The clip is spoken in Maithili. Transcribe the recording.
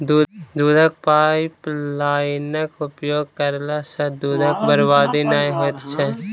दूधक पाइपलाइनक उपयोग करला सॅ दूधक बर्बादी नै होइत छै